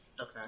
okay